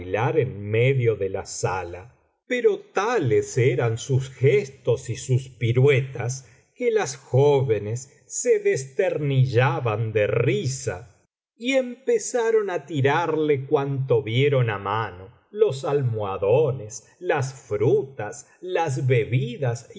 en medio de la sala pero tales eran sus gestos y sus piruetas que las jóvenes se desterniiiabaii de risa y empezaron biblioteca valenciana generalitat valenciana historia del jorobado á tirarle cuanto vieron á mano los almohadones las frutas las bebidas